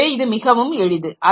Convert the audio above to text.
எனவே இது மிகவும் எளிது